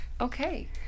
Okay